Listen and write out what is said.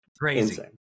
Crazy